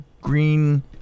green